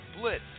Blitz